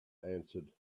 answered